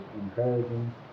encouraging